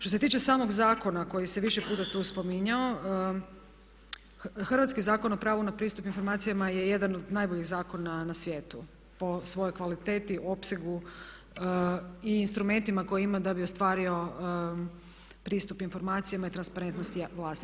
Što se tiče samog zakona koji se više puta tu spominjao, Hrvatski zakon o pravu na pristup informacijama je jedan od najboljih zakona na svijetu po svojoj kvaliteti, opsegu i instrumentima koje ima da bi ostvario pristup informacijama i transparentnosti vlasti.